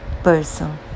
person